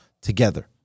together